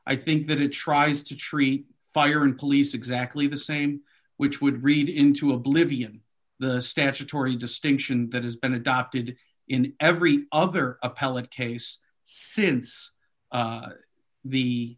i think that it tries to treat fire and police exactly the same which would read into oblivion the statutory distinction that has been adopted in every other appellate case since